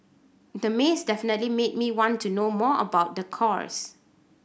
the maze definitely made me want to know more about the course